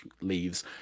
leaves